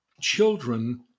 children